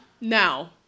Now